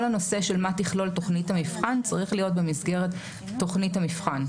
כל הנושא של מה תכלול תוכנית המבחן צריך להיות במסגרת תוכנית המבחן.